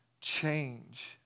change